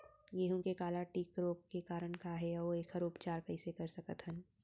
गेहूँ के काला टिक रोग के कारण का हे अऊ एखर उपचार कइसे कर सकत हन?